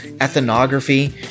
ethnography